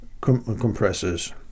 compressors